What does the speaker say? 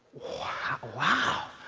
wow, wow!